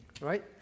right